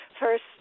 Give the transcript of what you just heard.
First